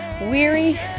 weary